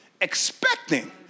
expecting